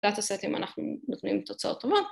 דאטה סטים אנחנו נותנים תוצאות טובות